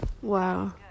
Wow